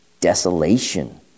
desolation